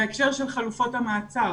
בהקשר של חלופות המעצר,